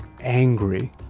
angry